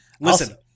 Listen